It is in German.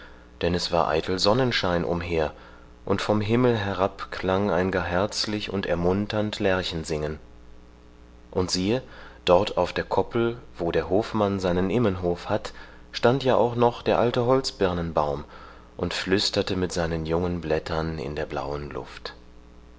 denn es war eitel sonnenschein umher und vom himmel herab klang ein gar herzlich und ermunternd lerchensingen und siehe dort auf der koppel wo der hofmann seinen immenhof hat stand ja auch noch der alte holzbirnenbaum und flüsterte mit seinen jungen blättern in der blauen luft